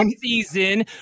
season